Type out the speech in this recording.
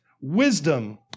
wisdom